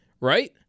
Right